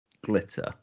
Glitter